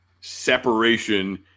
separation